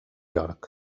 york